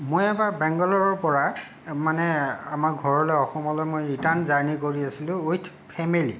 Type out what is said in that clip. মই এবাৰ বেংগালুৰুৰ পৰা মানে আমাৰ ঘৰলৈ অসমলৈ মই ৰিটাৰ্ণ জাৰ্ণি কৰি আছিলোঁ উইথ ফেমিলি